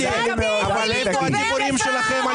קטי, תני לי לדבר כבר.